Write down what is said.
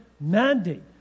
mandate